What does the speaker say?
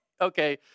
okay